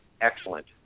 excellent